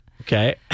Okay